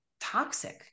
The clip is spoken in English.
toxic